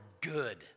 good